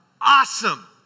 awesome